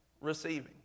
receiving